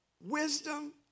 wisdom